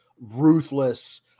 ruthless